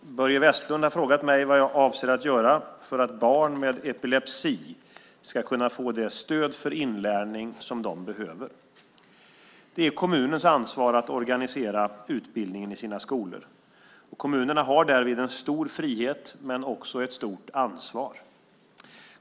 Herr talman! Börje Vestlund har frågat mig vad jag avser att göra för att barn med epilepsi ska kunna få det stöd för inlärning som de behöver. Det är kommunens ansvar att organisera utbildningen i sina skolor. Kommunerna har därvid en stor frihet men också ett stort ansvar.